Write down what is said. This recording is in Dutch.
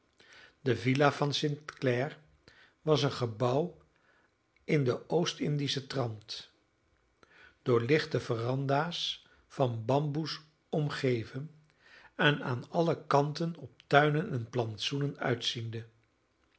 de villa van st clare was een gebouw in den oostindischen trant door lichte veranda's van bamboes omgeven en aan alle kanten op tuinen en plantsoenen uitziende